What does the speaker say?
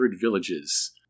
villages